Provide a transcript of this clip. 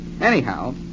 Anyhow